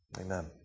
amen